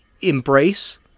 embrace